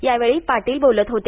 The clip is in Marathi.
यावेळी पाटील बोलत होते